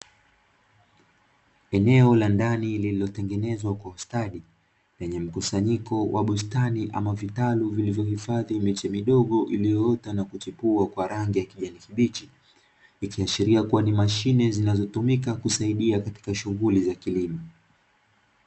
Eneo la ndani lililotengenezwa kwa ustadi, lenye mkusanyiko wa bustani ama vitalu vilivyohifadhi miche midogo iliyoota na kuchipua kwa rangi ya kijani kibichi, ikiashiria kuwa ni mashine zinazotumika kusaidia katika shughuli za kilimo.